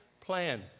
plan